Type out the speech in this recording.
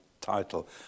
title